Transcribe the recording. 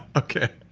okay.